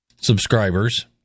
subscribers